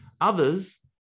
Others